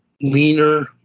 leaner